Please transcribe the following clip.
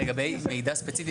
רגע, מידע ספציפי?